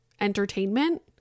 entertainment